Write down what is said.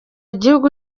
gihugu